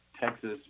texas